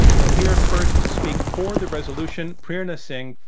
and here, first, to speak for the resolution, prerna singh.